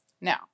Now